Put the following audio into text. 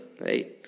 right